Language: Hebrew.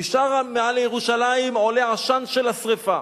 מעל ירושלים עולה עשן של השרפה.